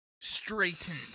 straightened